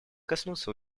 коснуться